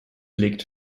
legt